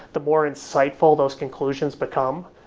the more insightful those conclusions become.